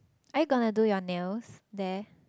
are you gonna to do your nails there